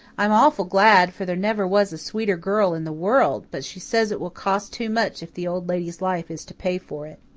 i'm awful glad, for there never was a sweeter girl in the world but she says it will cost too much if the old lady's life is to pay for it.